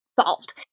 solved